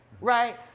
right